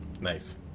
Nice